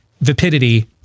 vapidity